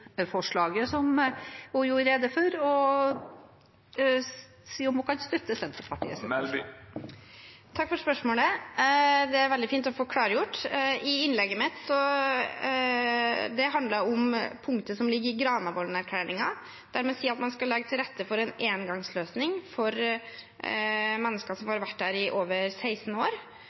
støtte Senterpartiets forslag? Takk for spørsmålet, det er veldig fint å få klargjort. I innlegget mitt handlet det om punktet som ligger i Granavolden-erklæringen der man sier at man skal legge til rette for en engangsløsning for mennesker som har vært her i over 16 år.